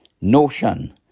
notion